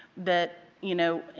that, you know,